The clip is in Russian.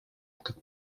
как